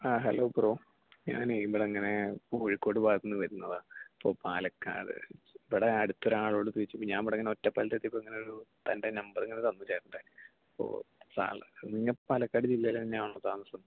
ആ hello bro ഞനേ ഇമ്മളങ്ങനെ കോഴിക്കോട് ഭാഗത്തുന്നു വരുന്നതാണ് ഇപ്പോൾ പാലക്കാട് ഇവിടെ അടുത്തൊരാളോട് ചോദിച്ചപ്പോൾ ഞാനൊറ്റപ്പാലത്ത് എത്തിയപ്പോൾ ഇങ്ങനെ തൻ്റെ നമ്പർ ഇങ്ങനെ തന്നു ചേട്ടൻ്റെ ഓ ഞാൻ പാലക്കാട് ജില്ലയിലാണ് താമസം